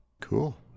cool